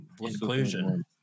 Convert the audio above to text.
inclusion